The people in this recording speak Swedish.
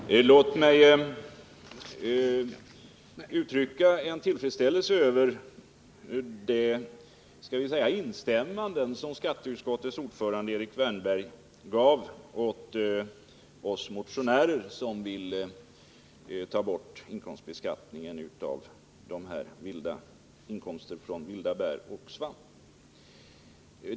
Herr talman! Låt mig få uttrycka tillfredsställelse över de instämmanden som skatteutskottets ordförande Erik Wärnberg gjorde med oss motionärer som vill ta bort beskattningen på inkomster av vilda bär och svamp.